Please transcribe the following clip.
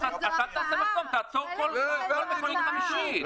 אז תעשה מחסום, תעצור כל מכונית חמישית.